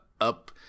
up